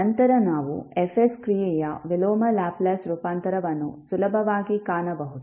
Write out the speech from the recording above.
ನಂತರ ನಾವು F ಕ್ರಿಯೆಯ ವಿಲೋಮ ಲ್ಯಾಪ್ಲೇಸ್ ರೂಪಾಂತರವನ್ನು ಸುಲಭವಾಗಿ ಕಾಣಬಹುದು